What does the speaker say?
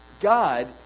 god